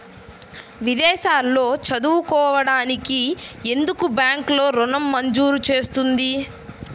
విదేశాల్లో చదువుకోవడానికి ఎందుకు బ్యాంక్లలో ఋణం మంజూరు చేస్తుంది?